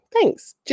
Thanks